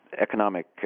Economic